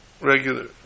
regular